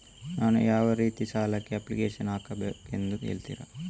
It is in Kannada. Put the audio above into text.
ನಾನು ಯಾವ ರೀತಿ ಸಾಲಕ್ಕೆ ಅಪ್ಲಿಕೇಶನ್ ಹಾಕಬೇಕೆಂದು ಹೇಳ್ತಿರಾ?